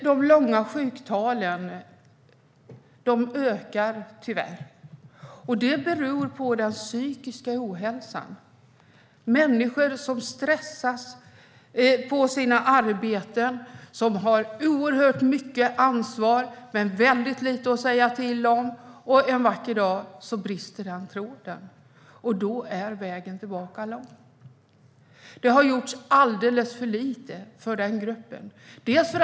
Herr talman! Sjuktalen för långtidssjukskrivna ökar tyvärr, och det beror på den psykiska ohälsan. Människor stressas på sina arbeten och har oerhört mycket ansvar men väldigt lite att säga till om. En vacker dag brister tråden, och då är vägen tillbaka lång. Det har gjorts alldeles för lite för dessa människor.